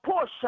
push